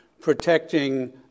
protecting